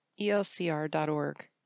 ELCR.org